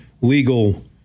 legal